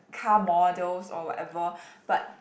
car models or whatever but